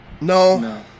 No